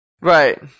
right